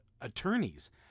attorneys